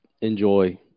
enjoy